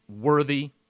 worthy